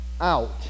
out